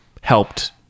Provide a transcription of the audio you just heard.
helped